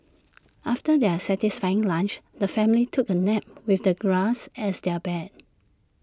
after their satisfying lunch the family took A nap with the grass as their bed